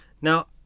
Now